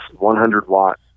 100-watt